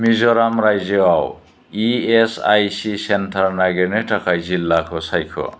मिज'राम रायजोआव E S I C centre नागिरनो थाखाय जिल्लाखौ सायख'